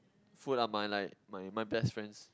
food are my like my my best friends